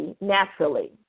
naturally